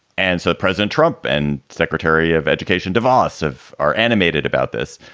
and so president trump and secretary of education divisive are animated about this,